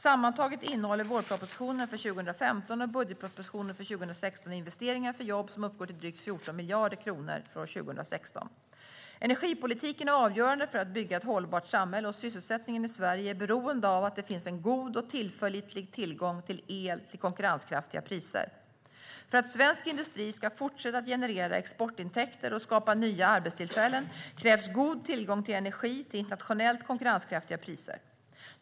Sammantaget innehåller vårpropositionen för 2015 och budgetpropositionen för 2016 investeringar för jobb som uppgår till drygt 14 miljarder kronor för år 2016. Energipolitiken är avgörande för att bygga ett hållbart samhälle, och sysselsättningen i Sverige är beroende av att det finns en god och tillförlitlig tillgång till el till konkurrenskraftiga priser. För att svensk industri ska fortsätta att generera exportintäkter och skapa nya arbetstillfällen krävs god tillgång till energi till internationellt konkurrenskraftiga priser.